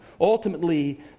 Ultimately